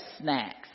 snacks